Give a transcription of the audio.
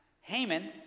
Haman